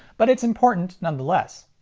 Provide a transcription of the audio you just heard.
but it's important nonetheless.